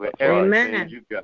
Amen